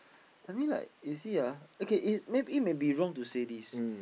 I mean like you see ah okay is maybe it may be wrong to say this